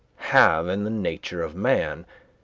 have in the nature of man,